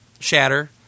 Shatter